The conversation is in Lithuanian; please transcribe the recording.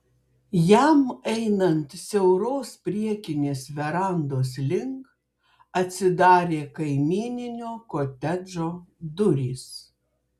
jam einant siauros priekinės verandos link atsidarė kaimyninio kotedžo durys